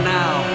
now